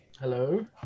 hello